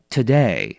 Today